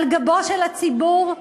על גבו של הציבור,